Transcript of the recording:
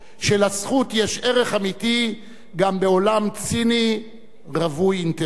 שלזכות יש ערך אמיתי גם בעולם ציני רווי אינטרסים.